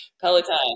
Peloton